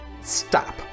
stop